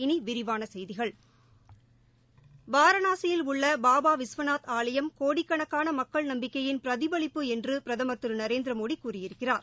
இனி விரிவான செய்திகள் வாரணாசியில் உள்ள பாபா விஸ்வநாத் ஆலயம் கோடிக்கணக்கான மக்கள் நம்பிக்கையின் பிரதிபலிப்பு என்று பிரதமர் திரு நரேந்திர மோடி கூறியிருக்கிறார்